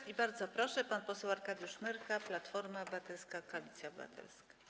I bardzo proszę, pan poseł Arkadiusz Myrcha, Platforma Obywatelska -Koalicja Obywatelska.